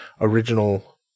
original